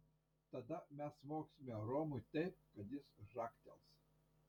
tada mes smogsime romui taip kad jis žagtels